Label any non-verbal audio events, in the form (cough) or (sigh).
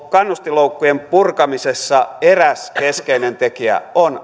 (unintelligible) kannustinloukkujen purkamisessa eräs keskeinen tekijä on